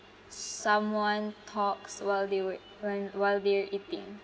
s~ someone talks while they were when while they're eating